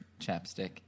chapstick